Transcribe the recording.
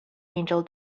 angel